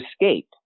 escape